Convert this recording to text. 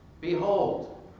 behold